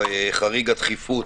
בחריג הדחיפות